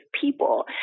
people